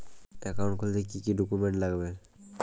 Account খুলতে কি কি ডকুমেন্ট লাগবে?